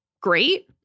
great